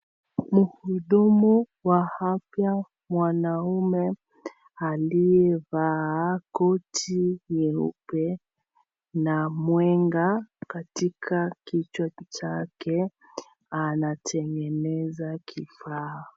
Mhudumu wa afya mwanaume aliyevaa koti nyeupe na mwenga katika kichwa chake anatengeneza kifaa.